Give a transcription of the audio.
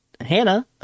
Hannah